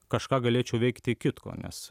kažką galėčiau veikti kitko nes